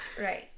right